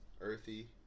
earthy